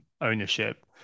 ownership